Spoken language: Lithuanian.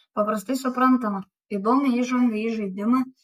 paprastai suprantamą įdomią įžangą į žaidimą